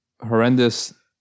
horrendous